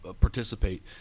participate